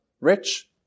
rich